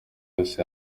yose